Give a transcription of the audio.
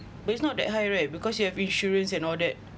but it's not that high right because you have insurance and all that